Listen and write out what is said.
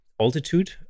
altitude